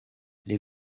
les